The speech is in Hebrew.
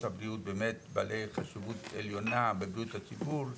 הבריאות באמת בעלי חשיבות עליונה בריאות הציבור,